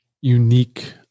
unique